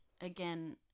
again